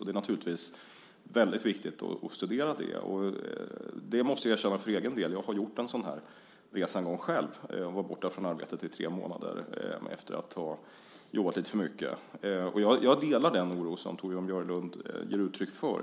Det är naturligtvis väldigt viktigt att studera det. Jag måste erkänna, för egen del, att jag själv har gjort en sådan här resa en gång. Jag var borta från arbetet i tre månader efter att ha jobbat lite för mycket. Och jag delar den oro som Torbjörn Björlund ger uttryck för.